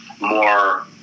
more